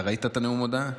אתה ראית את נאום ההודיה?